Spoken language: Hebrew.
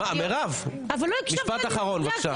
מירב, משפט אחרון, בבקשה.